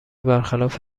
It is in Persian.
برخلاف